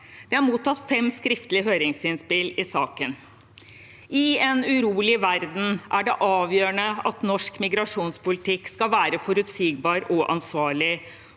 Vi har mottatt fem skriftlige høringsinnspill i saken. I en urolig verden er det avgjørende at norsk migrasjonspolitikk skal være forutsigbar og ansvarlig,